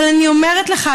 אבל אני אומרת לך,